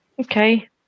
Okay